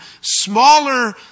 smaller